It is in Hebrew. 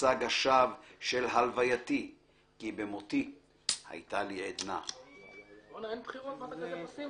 למצג השווא של הלוויתי כי במותי הייתה לי עדנה הצעת חוק הגנת הצרכן